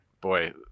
boy